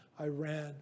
Iran